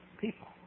people